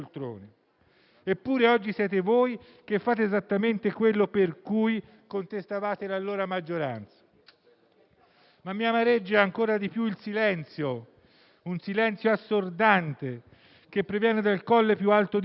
Eppure, oggi siete voi che fate esattamente quello per cui contestavate l'allora maggioranza. Ciò che mi amareggia ancora di più è il silenzio, un silenzio assordante che proviene dal colle più alto di Roma,